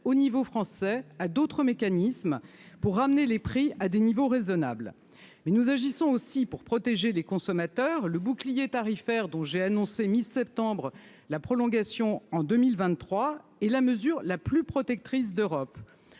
au niveau français, à d'autres mécanismes pour ramener les prix à des niveaux raisonnables mais nous agissons aussi pour protéger les consommateurs, le bouclier tarifaire dont j'ai annoncé mi-septembre la prolongation en 2023 et la mesure la plus protectrice d'Europe,